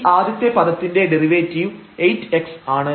ഈ ആദ്യത്തെ പദത്തിന്റെ ഡെറിവേറ്റീവ് 8x ആണ്